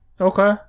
Okay